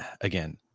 again